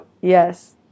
Yes